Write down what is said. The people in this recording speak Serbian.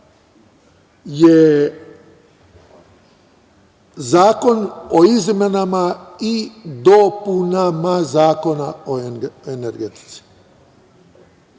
je Zakon o izmenama i dopunama Zakona o energetici.